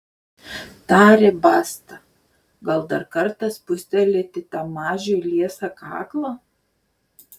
tarė basta gal dar kartą spustelėti tam mažiui liesą kaklą